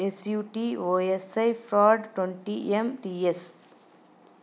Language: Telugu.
SUT OSI Ford twenty MTS